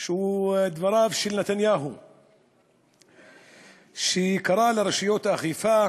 דבריו של נתניהו שקרא לרשויות האכיפה